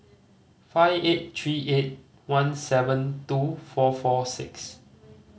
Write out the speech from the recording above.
five eight three eight one seven two four four six